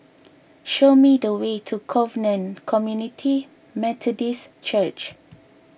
show me the way to Covenant Community Methodist Church